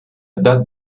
date